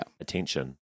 attention